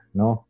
no